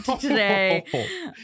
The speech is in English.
today